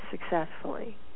successfully